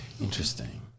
Interesting